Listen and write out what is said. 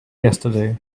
yesterday